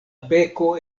beko